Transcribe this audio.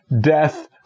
death